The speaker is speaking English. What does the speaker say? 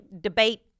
debate